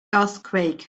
earthquake